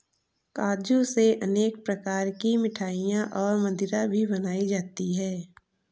काजू से अनेक प्रकार की मिठाईयाँ और मदिरा भी बनाई जाती है